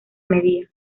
media